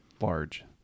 large